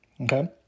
okay